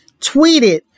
tweeted